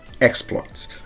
exploits